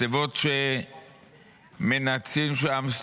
מצבות שמנתצים שם,